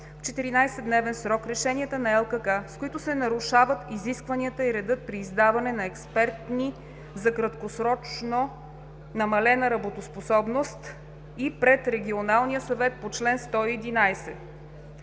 в 14-дневен срок решения на ЛКК, с които се нарушават изискванията и редът при издаване на експертни решения за краткосрочно намалена работоспособност, и пред регионалния съвет по чл. 111.“;